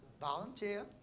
Volunteer